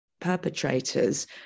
perpetrators